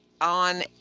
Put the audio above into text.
on